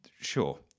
sure